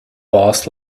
boss